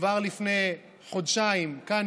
כבר לפני חודשיים אמרתי כאן,